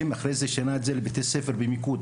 ואחרי זה שינה את זה לבתי ספר במיקוד.